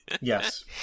Yes